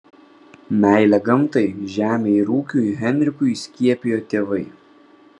meilę gamtai žemei ir ūkiui henrikui įskiepijo tėvai